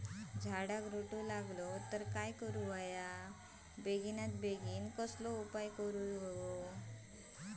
झाडाक रोटो लागलो तर काय करुचा बेगितल्या बेगीन कसलो उपाय करूचो?